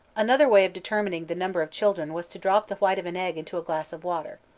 another way of determining the number of children was to drop the white of an egg into a glass of water.